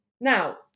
Now